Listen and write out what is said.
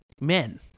men